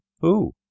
Who